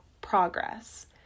progress